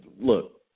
look